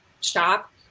shop